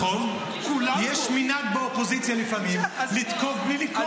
נכון, יש מנהג באופוזיציה לפעמים לתקוף בלי לקרוא.